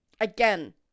Again